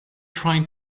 trying